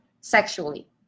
sexually